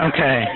Okay